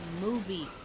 movie